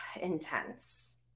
intense